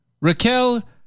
Raquel